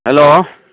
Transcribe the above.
hello